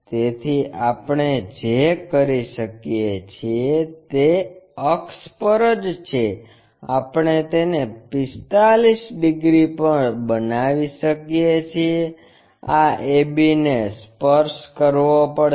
તેથી આપણે જે કરી શકીએ છીએ તે અક્ષ પર જ છે આપણે તેને 45 ડિગ્રી પર બનાવી શકીએ છીએ આ a b ને સ્પર્શ કરવો પડશે